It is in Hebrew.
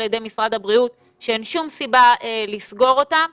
ידי משרד הבריאות שאין שום סיבה לסגור אותה,